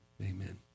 Amen